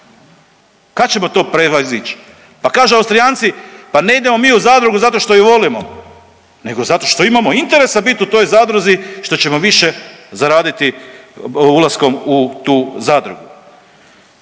Kad ćemo to prevazići? Pa kažu Austrijanci, pa ne idemo mi u zadrugu zato što ju volimo, nego zato što imamo interesa biti u toj zadruzi što ćemo više zaraditi ulaskom u tu zadrugu.